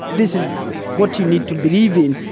this is what you need to believe in,